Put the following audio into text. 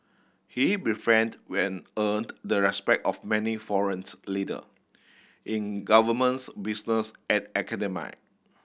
he befriended when earned the respect of many foreign leader in governments business and academia